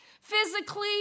Physically